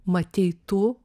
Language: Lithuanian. matei tu